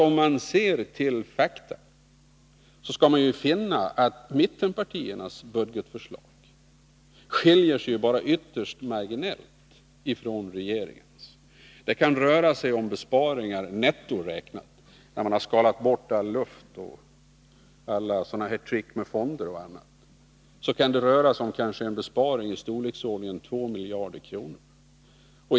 Om man ser till fakta skall man finna att mittenpartiernas budgetförslag bara skiljer sig ytterst marginellt från regeringens. När man har skalat bort all luft och alla trick med fonder och annat kan det röra sig om en besparing i storleksordningen 2 miljarder kronor.